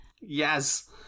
Yes